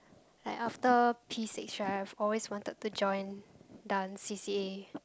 like after P six right I've always wanted to join dance c_c_a